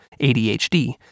ADHD